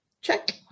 Check